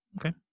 Okay